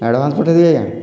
advance ପଠାଇଦେବି ଆଜ୍ଞା